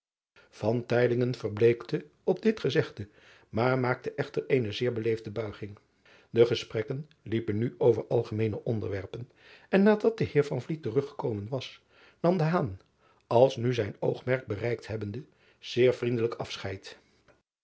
verbleekte op dit gezegde maar maakte echter eene zeer beleefde buiging e gesprekken liepen nu over algemeene onderwerpen en nadat de eer terug gekomen was nam als nu zijn oogmerk bereikt hebbende zeer vriendelijk afscheid